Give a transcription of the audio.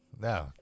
No